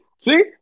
see